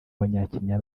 abanyakenya